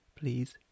please